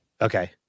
Okay